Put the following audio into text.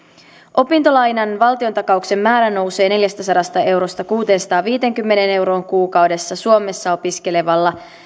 opintolainan valtiontakauksen määrä nousee neljästäsadasta eurosta kuuteensataanviiteenkymmeneen euroon kuukaudessa suomessa opiskelevalla